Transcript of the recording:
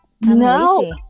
No